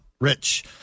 Rich